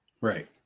Right